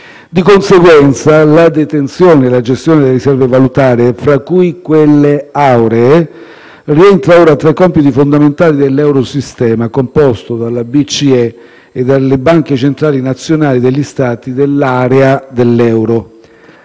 Di conseguenza, la detenzione e la gestione delle riserve valutarie, tra cui quelle auree, rientra ora tra i compiti fondamentali dell'eurosistema, composto dalla BCE e dalle Banche centrali nazionali degli Stati dell'area dell'euro.